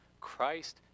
Christ